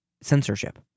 censorship